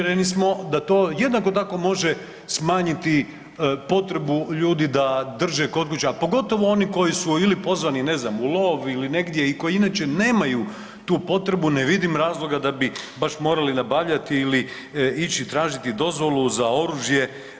Uvjereni smo da to jednako tako može smanjiti potrebu ljudi da drže kod kuće, a pogotovo oni koji su ili pozvani, ne znam, u lov ili negdje i koji inače nemaju tu potrebu, ne vidim razloga da bi baš morali nabavljati ili ići tražiti dozvolu za oružje.